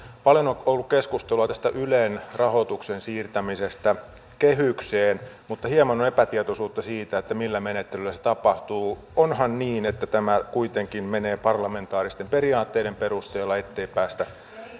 paljon on ollut keskustelua tästä ylen rahoituksen siirtämisestä kehykseen mutta hieman on epätietoisuutta siitä millä menettelyllä se tapahtuu onhan niin että tämä kuitenkin menee parlamentaaristen periaatteiden perusteella ettei päästä